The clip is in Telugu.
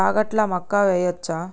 రాగట్ల మక్కా వెయ్యచ్చా?